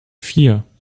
vier